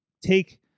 take